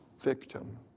victim